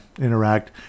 interact